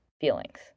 feelings